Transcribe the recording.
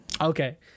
Okay